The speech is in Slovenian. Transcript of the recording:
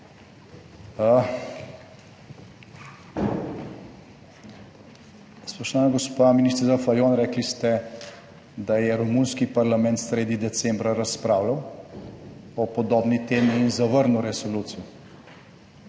Spoštovana gospa ministrica Fajon, rekli ste, da je romunski parlament sredi decembra razpravljal o podobni temi in zavrnil resolucijo.